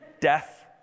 death